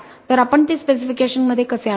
तर आपण ते स्पेकिफिकाशन मध्ये कसे आणू